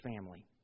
family